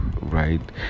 right